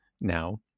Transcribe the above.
now